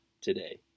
today